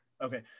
Okay